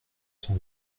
cent